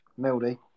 Mildy